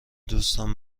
دوستم